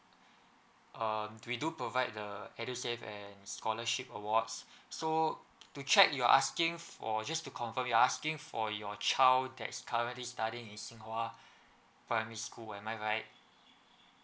um we do provide the edusave and scholarship awards so to check you're asking for just to confirm you're asking for your child text currently studying in xin hua primary school am I right